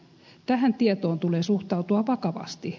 tähän tietoon tulee suhtautua vakavasti